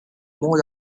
monde